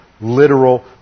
literal